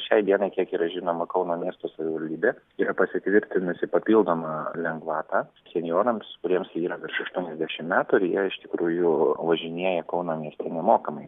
šiai dienai kiek yra žinoma kauno miesto savivaldybė yra pasitvirtinusi papildomą lengvatą senjorams kuriems yra virš aštuoniasdešimt metų ir jie iš tikrųjų važinėja kauno mieste nemokamai